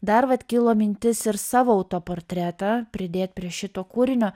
dar vat kilo mintis ir savo autoportretą pridėt prie šito kūrinio